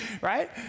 right